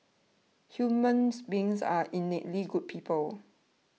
human beings are innately good people